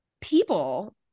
people